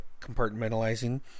compartmentalizing